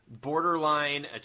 borderline